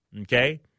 okay